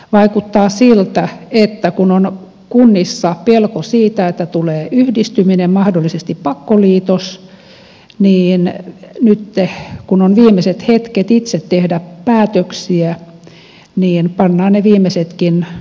vaikuttaa siltä että kun on kunnissa pelko siitä että tulee yhdistyminen mahdollisesti pakkoliitos niin nytten kun on viimeiset hetket itse tehdä päätöksiä pannaan ne viimeisetkin virastot ja koulut kuntoon